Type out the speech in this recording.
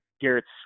Garrett's